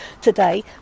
today